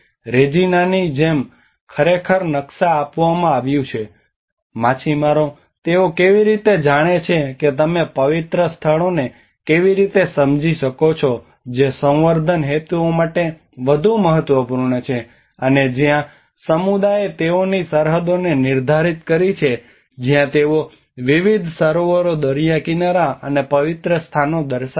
રેજિનાની જેમ ખરેખર નકશા આપવામાં આવ્યું છે કે માછીમારો તેઓ કેવી રીતે જાણે છે કે તમે પવિત્ર સ્થળોને કેવી રીતે સમજી શકો છો જે સંવર્ધન હેતુઓ માટે વધુ મહત્વપૂર્ણ છે અને જ્યાં સમુદાયે તેઓની સરહદોને નિર્ધારિત કરી છે જ્યાં તેઓ વિવિધ સરોવરો દરિયાકિનારા અને પવિત્ર સ્થાનો દર્શાવે છે